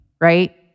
right